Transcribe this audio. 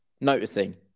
noticing